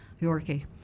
Yorkie